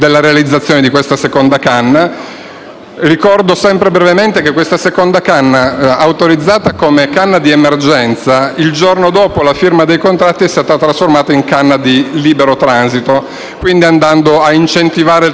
Ricordo sempre brevemente che, autorizzata come canna d'emergenza, il giorno dopo la firma dei contratti è stata trasformata in canna di libero transito, quindi andando a incentivare il trasporto su gomma,